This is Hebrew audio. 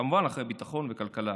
כמובן אחרי ביטחון וכלכלה.